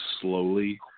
slowly